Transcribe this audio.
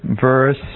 verse